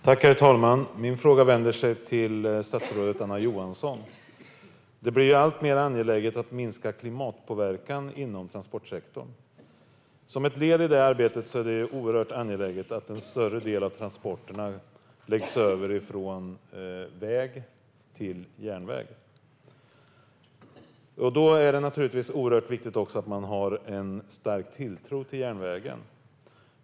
Herr talman! Min fråga vänder sig till statsrådet Anna Johansson. Det blir alltmer angeläget att minska klimatpåverkan inom transportsektorn. Som ett led i det arbetet är det oerhört angeläget att en större del av transporterna förs över från väg till järnväg. Då är det naturligtvis också oerhört viktigt att man har en stark tilltro till järnvägen.